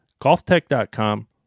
Golftech.com